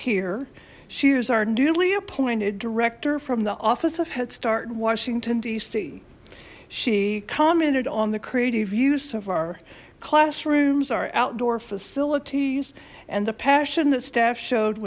here she is our newly appointed director from the office of head start in washington dc she commented on the creative use of our classrooms our outdoor facilities and the passion the staff showed